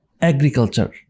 agriculture